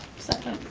second.